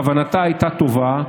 כוונתה הייתה טובה,